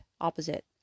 opposite